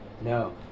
No